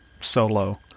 solo